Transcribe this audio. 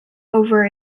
over